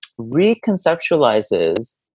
reconceptualizes